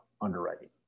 underwriting